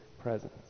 presence